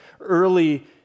early